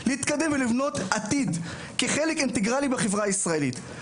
להתקדם ולבנות לעצמם עתיד כחלק אינטגרלי בחברה הישראלית.